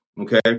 okay